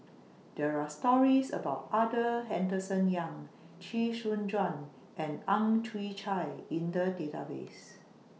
There Are stories about Arthur Henderson Young Chee Soon Juan and Ang Chwee Chai in The Database